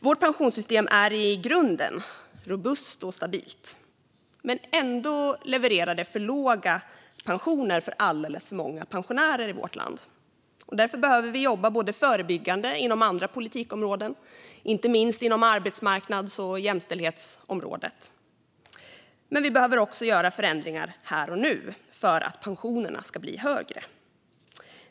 Vårt pensionssystem är i grunden robust och stabilt, men ändå levererar det för låga pensioner för alldeles för många pensionärer i vårt land. Därför behöver vi både jobba förebyggande inom andra politikområden, inte minst på arbetsmarknads och jämställdhetsområdet, och göra förändringar här och nu för att pensionerna ska bli högre.